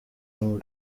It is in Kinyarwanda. uyu